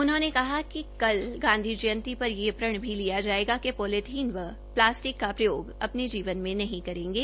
उन्होंने कहा कि कल गांधी जयंती पर यह प्रण भी किया जायेगा कि पॉलिथीन व प्लास्टिक का प्रयोग आने जीवन में नहीं करेंगे